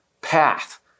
path